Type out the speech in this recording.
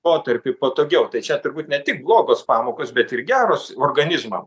protarpiui patogiau tai čia turbūt ne tik blogos pamokos bet ir geros organizmam